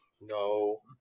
No